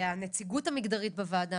הנציגות המגדרית בוועדה,